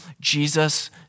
Jesus